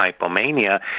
hypomania